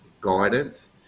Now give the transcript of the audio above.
guidance